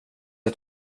ett